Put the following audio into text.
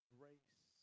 grace